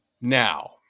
Now